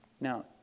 Now